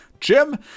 Jim